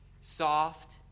soft